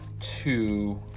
two